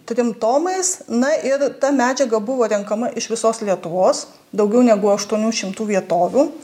turim tomais na ir ta medžiaga buvo renkama iš visos lietuvos daugiau negu aštuonių šimtų vietovių